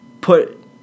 put